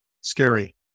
Scary